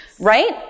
right